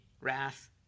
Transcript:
wrath